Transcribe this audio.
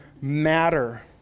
matter